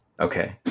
okay